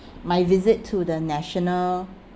my visit to the national